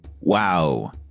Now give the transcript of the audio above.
Wow